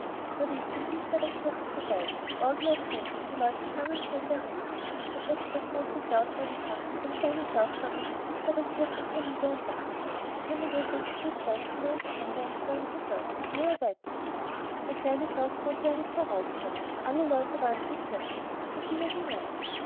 der weg ging dicht bei der kirche vorbei die orgel ertönte und die leute sangen schön darinnen da setzte der große klaus seinen sack mit dem kleinen klaus darin dicht bei der kirchthür nieder und dachte es könne wohl ganz gut sein hineinzugehen und einen psalm zu hören ehe er weiter gehe der kleine klaus konnte ja nicht herauskommen und alle leute waren in der kirche so ging er denn hinein